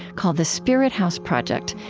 called the spirithouse project,